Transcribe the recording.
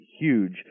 huge